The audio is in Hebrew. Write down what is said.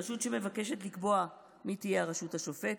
רשות שמבקשת לקבוע מי תהיה הרשות השופטת,